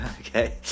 okay